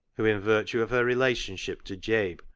who, in virtue of her relationship to jabe,